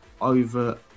over